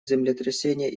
землетрясения